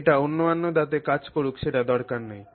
এটি অন্যান্য দাঁতে কাজ করুক সেটা দরকার নেই